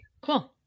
Cool